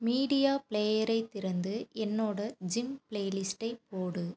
media ப்ளேயரைத் திறந்து என்னோட ஜிம் ப்ளே லிஸ்ட்டை போடு